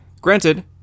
granted